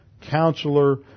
Counselor